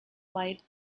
flight